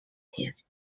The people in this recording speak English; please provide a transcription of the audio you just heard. his